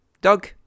Doug